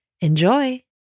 Enjoy